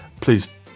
please